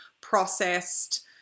processed